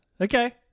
Okay